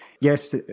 yes